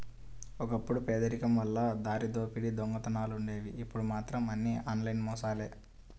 ఒకప్పుడు పేదరికం వల్ల దారిదోపిడీ దొంగతనాలుండేవి ఇప్పుడు మాత్రం అన్నీ ఆన్లైన్ మోసాలే